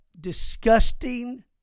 disgusting